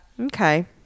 Okay